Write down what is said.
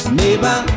neighbor